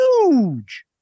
huge